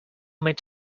made